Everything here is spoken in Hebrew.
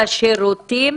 בשירותים